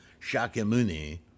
Shakyamuni